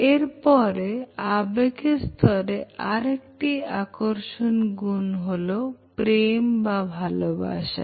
এরপরে আবেগের স্তরে আর একটি আকর্ষক হল প্রেম বা ভালোবাসা